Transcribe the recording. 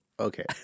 Okay